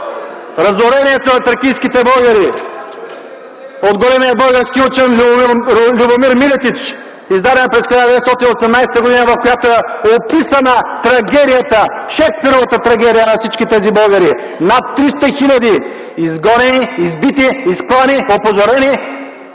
„Разорението на тракийските българи”, (показва я) от големия български учен Любомир Милетич, издадена през 1918 г., в която е описана трагедията - Шекспировата трагедия на всички тези българи. Над 300 хиляди са изгонени, избити, изклани, опожарени